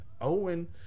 Owen